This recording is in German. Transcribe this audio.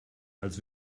als